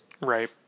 Right